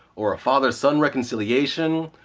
or a father-son reconciliation,